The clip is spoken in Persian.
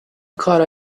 کارا